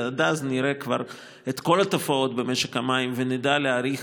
ועד אז נראה כבר את כל התופעות במשק המים ונדע להעריך